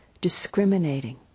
discriminating